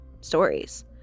stories